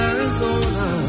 Arizona